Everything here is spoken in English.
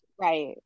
right